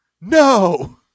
No